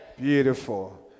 Beautiful